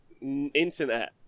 internet